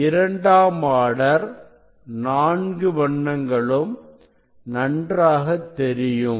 இரண்டாம் ஆர்டர் நான்கு வண்ணங்களும் நன்றாக தெரியும்